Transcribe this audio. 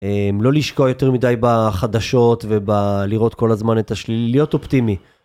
לא לשקוע יותר מדי בחדשות ובלראות כל הזמן את השלילי, להיות אופטימי.